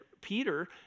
Peter